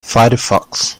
firefox